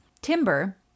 timber